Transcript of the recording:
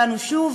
תיקנו שוב,